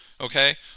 okay